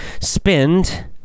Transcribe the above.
spend